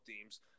teams